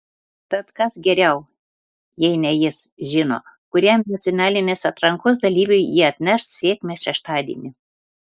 tad kas geriau jei ne jis žino kuriam nacionalinės atrankos dalyviui ji atneš sėkmę šeštadienį